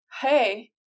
hey